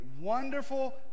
Wonderful